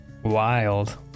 wild